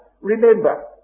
remember